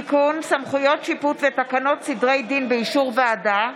התשפ"א 2020,